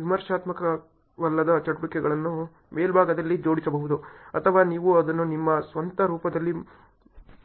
ವಿಮರ್ಶಾತ್ಮಕವಲ್ಲದ ಚಟುವಟಿಕೆಗಳನ್ನು ಮೇಲ್ಭಾಗದಲ್ಲಿ ಜೋಡಿಸಬಹುದು ಅಥವಾ ನೀವು ಅದನ್ನು ನಿಮ್ಮ ಸ್ವಂತ ರೂಪದಲ್ಲಿ ಮರುಹೊಂದಿಸಬಹುದು